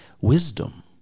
wisdom